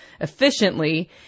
efficiently